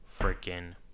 freaking